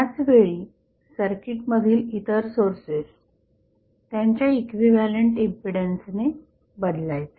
त्याच वेळी सर्किट मधील इतर सोर्सेस त्यांच्या इक्विव्हॅलंट इम्पीडन्स ने बदलायचे